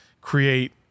create